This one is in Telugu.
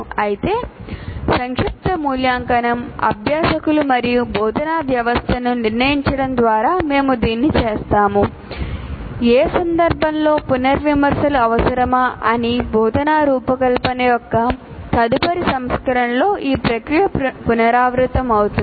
అయితే సంక్షిప్త మూల్యాంకనం అభ్యాసకులు మరియు బోధనా వ్యవస్థను నిర్ణయించడం ద్వారా మేము దీన్ని చేస్తాము ఏ సందర్భంలో పునర్విమర్శలు అవసరమా అని బోధన రూపకల్పన యొక్క తదుపరి సంస్కరణతో ఈ ప్రక్రియ పునరావృతమవుతుంది